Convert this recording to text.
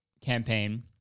campaign